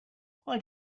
why